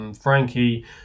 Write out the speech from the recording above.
Frankie